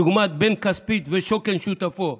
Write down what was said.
דוגמת בן כספית ושוקן שותפו.